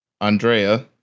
Andrea